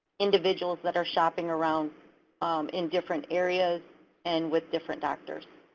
individuals that are shopping around in different areas and with different doctors.